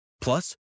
Plus